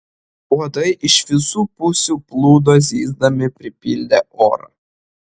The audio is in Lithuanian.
uodai iš visų pusių plūdo zyzdami pripildė orą